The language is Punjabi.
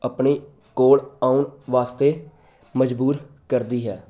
ਆਪਣੇ ਕੋਲ ਆਉਣ ਵਾਸਤੇ ਮਜਬੂਰ ਕਰਦੀ ਹੈ